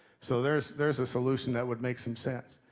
so there's there's a solution that would make some sense.